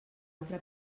altra